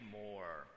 more